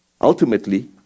ultimately